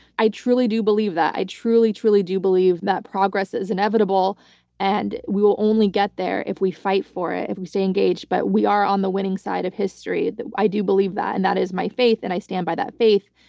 i truly do believe that. i truly, truly do believe that progress is inevitable and we will only get there if we fight for it, if we stay engaged. but we are on the winning side of history, i do believe that. and that is my faith and i stand by that faith.